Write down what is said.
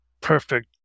perfect